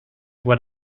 what